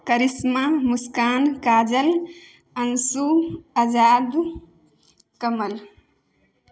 Karishma Muskan Kajal Anshu Azad Kamal